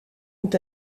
ont